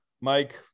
Mike